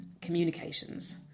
communications